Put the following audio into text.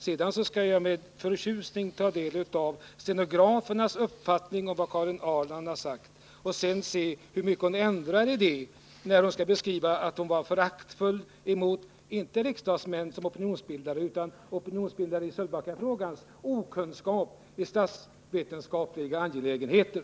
Senare skall jag med förtjusning ta del av stenografernas uppfattning om vad Karin Ahrland har sagt och se hur mycket hon ändrar där det står att hon är föraktfull emot inte riksdagsmän som opinionsbildare utan opinionsbildarnas i Sölvbackafrågan okunskap i statsvetenskapliga angelägenheter.